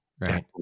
right